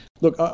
look